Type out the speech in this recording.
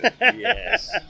Yes